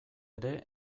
ere